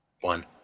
one